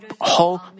whole